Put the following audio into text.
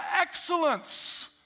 excellence